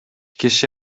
киши